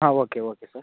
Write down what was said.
ಹಾಂ okay okay sir